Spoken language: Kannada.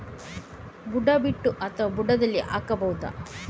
ಬುಡ ಬಿಟ್ಟು ಅಥವಾ ಬುಡದಲ್ಲಿ ಹಾಕಬಹುದಾ?